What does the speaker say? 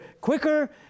quicker